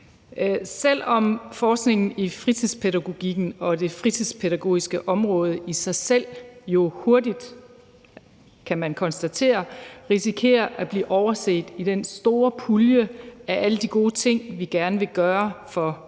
Selv om forskningen i fritidspædagogikken og det fritidspædagogiske område i sig selv jo hurtigt, kan man konstatere, risikerer at bliver overset i den store pulje af alle de gode ting, vi gerne vil gøre for børne